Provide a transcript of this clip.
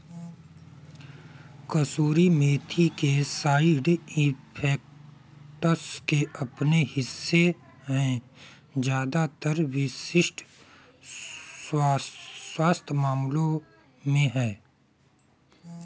कसूरी मेथी के side effects के अपने हिस्से है ज्यादातर विशिष्ट स्वास्थ्य मामलों में है